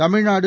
Tamil Nadu